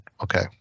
Okay